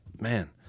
man